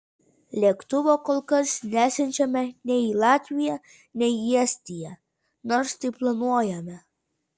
lėktuvo kol kas nesiunčiame nei į latviją nei į estiją nors tai planuojame